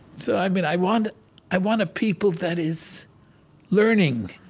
so, i mean, i want i want a people that is learning.